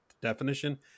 definition